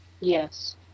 Yes